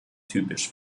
typisch